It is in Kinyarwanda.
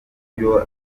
buryo